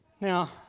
Now